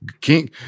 king